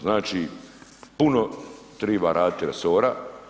Znači puno treba raditi resora.